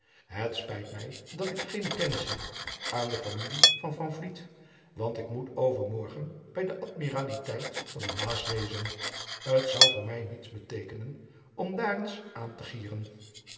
et spijt mij dat ik geene kennis heb aan de familie van want ik moet overmorgen bij de dmiraliteit van de aas wezen t ou voor mij niets beteekenen om daar eens aan te gieren